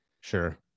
Sure